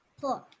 Four